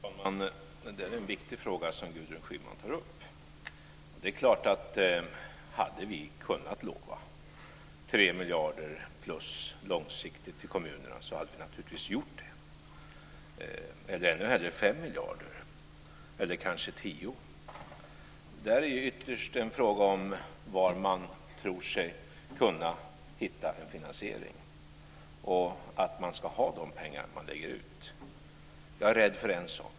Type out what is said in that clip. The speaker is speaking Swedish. Fru talman! Det är en viktig fråga som Gudrun Schyman tar upp. Om vi hade kunnat lova plus 3 miljarder långsiktigt till kommunerna hade vi naturligtvis gjort det, och ännu hellre 5 miljarder eller kanske 10. Det är ytterst en fråga om var man tror sig kunna hitta en finansiering och att man ska ha de pengar man lägger ut. Jag är rädd för en sak.